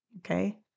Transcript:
Okay